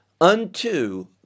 unto